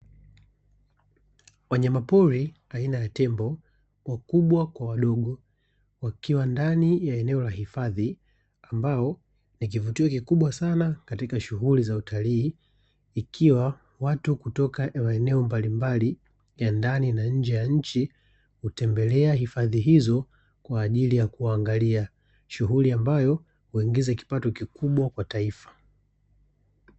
Wanyamapori aina ya tembo (wakubwa kwa wadogo) wakiwa ndani ya eneo la hifadhi ambao ni kivutio kikubwa sana katika shughuli za utalii. Ikiwa watu kutoka maeneo mbalimbali ya ndani na nje ya nchi hutembelea hifadhi hizo kwa ajili ya kuwaangalia. Shughuli ambayo huongeza kipato kikubwa kwa taifa.